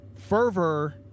fervor